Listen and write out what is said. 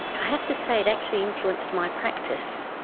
i have to say it actually influenced my practice,